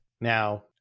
Now